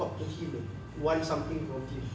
talk to him and want something from him